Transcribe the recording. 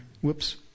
Whoops